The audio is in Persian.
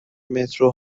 مترو